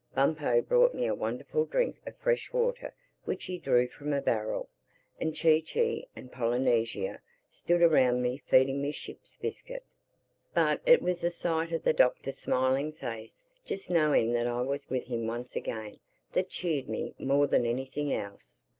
bumpo brought me a wonderful drink of fresh water which he drew from a barrel and chee-chee and polynesia stood around me feeding me ship's biscuit. but it was the sight of the doctor's smiling face just knowing that i was with him once again that cheered me more than anything else.